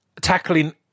tackling